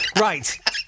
Right